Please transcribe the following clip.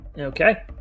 Okay